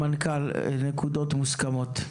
המנכ"ל, נקודות מוסמכות.